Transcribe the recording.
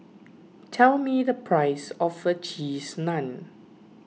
tell me the price of a Cheese Naan